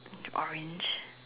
with the orange